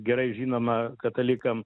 gerai žinomą katalikam